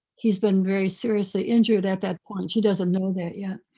he's been very seriously injured at that point. she doesn't know that yet.